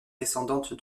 descendante